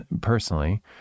personally